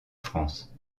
france